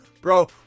bro